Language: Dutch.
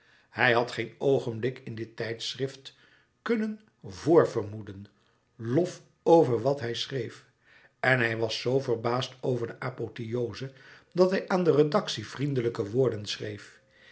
hij had geen oogenblik in dit tijdschrift kunnen vr vermoeden lof over wat hij schreef en hij was zoo verbaasd over de apotheoze dat hij aan de redactie vriendelijke woorden schreef